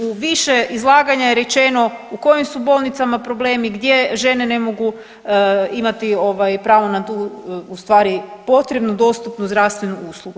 U više izlaganja je rečeno u kojim su bolnicama problemi gdje žene ne mogu imati pravo na tu ustvari potrebnu dostupnu zdravstvenu uslugu.